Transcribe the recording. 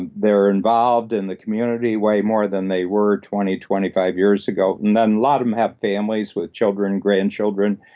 and they're involved in the community way more than they were twenty, twenty five years ago. and then a lot of them have families with children, grandchildren,